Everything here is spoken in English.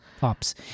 Pops